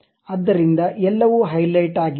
ಆದ್ದರಿಂದ ಎಲ್ಲವೂ ಹೈಲೈಟ್ ಆಗಿದೆ